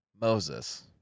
Moses